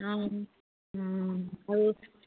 আৰু